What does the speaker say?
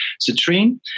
Citrine